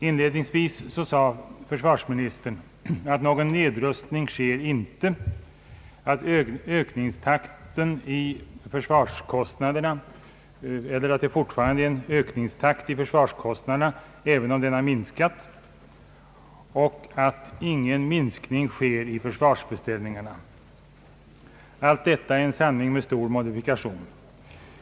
Inledningsvis sade försvarsministern att någon nedrustning inte sker, att det fortfarande är en ökningstakt i försvarskostnaderna även om den avtagit och att ingen minskning i försvarsbeställningarna sker. Allt detta är en sanning med stor modifikation.